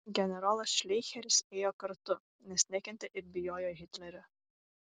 generolas šleicheris ėjo kartu nes nekentė ir bijojo hitlerio